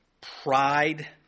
Pride